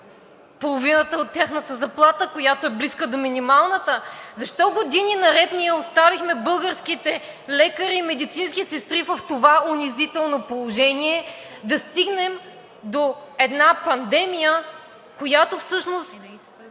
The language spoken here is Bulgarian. половината от тяхната заплата, която е близка до минималната. Защо години наред ние оставихме българските лекари и медицински сестри в това унизително положение – да стигнем до една пандемия, която всъщност